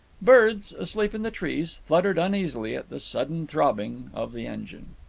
birds, asleep in the trees, fluttered uneasily at the sudden throbbing of the engine.